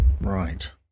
Right